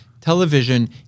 television